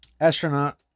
Astronaut